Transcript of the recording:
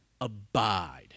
abide